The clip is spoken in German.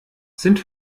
sind